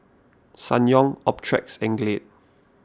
Ssangyong Optrex and Glade